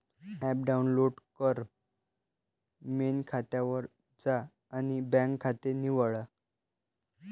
app download कर, main खात्यावर जा आणि बँक खाते निवडा